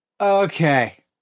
Okay